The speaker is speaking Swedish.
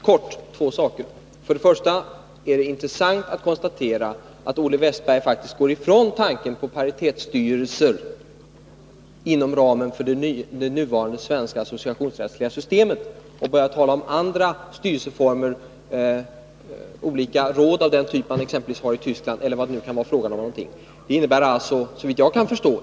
Fru talman! Kort två saker! Det är intressant att konstatera att Olle Wästberg i Stockholm faktiskt går ifrån tanken på paritetsstyrelser inom ramen för det nuvarande svenska associationsrättsliga systemet och börjar tala om andra styrelseformer, olika råd av den typ man har exempelvis i Tyskland eller vad det nu kan vara fråga om.